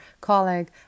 colleague